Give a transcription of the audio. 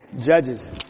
Judges